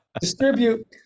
Distribute